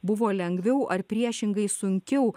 buvo lengviau ar priešingai sunkiau